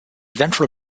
ventral